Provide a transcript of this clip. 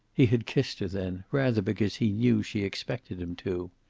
he had kissed her then, rather because he knew she expected him to.